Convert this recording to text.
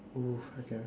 oo I can